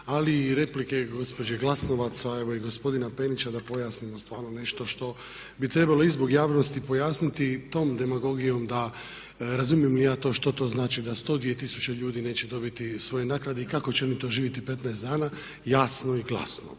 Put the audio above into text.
ali i replike gospođe Glasovac a evo i gospodina Penića da pojasnimo stvarno nešto što bi trebalo i zbog javnosti pojasniti tom demagogijom da razumijem li ja to što to znači da 102 tisuće ljudi neće dobiti svoje naknade i kako će oni to živjeti 15 dana. Jasno i glasno